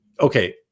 Okay